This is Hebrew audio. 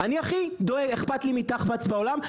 הכי אכפת לי מתחב"צ בעולם,